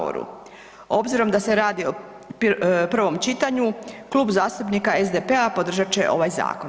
Obzirom da se radi o prvom čitanju Klub zastupnika SDP-a podržat će ovaj zakon.